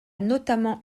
notamment